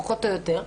פחות או יותר,